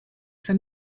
for